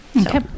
Okay